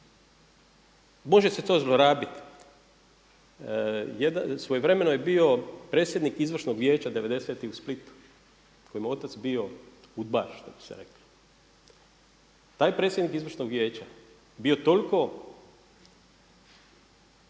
može se to zlorabit. Svojevremeno je bio predsjednik izvršnog Vijeća devedesetih u Splitu kojima je otac bio udbaš što bi se reklo. Taj predsjednik izvršnog vijeća je bio toliko